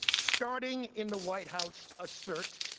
starting in the white house, ah so alert